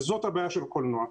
זאת הבעיה של הקולנוע.